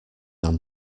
i’m